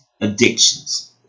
addictions